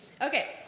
Okay